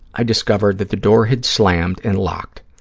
i discovered that the door had slammed and locked.